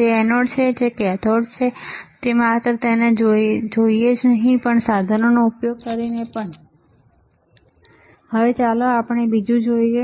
જે એનોડ છે જે કેથોડ છે તે માત્ર તેને જોઈને જ નહીં પણ સાધનનો ઉપયોગ કરીને પણ હવે ચાલો આપણે બીજું જોઈએ